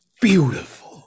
Beautiful